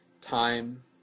Time